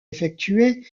effectuées